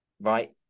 Right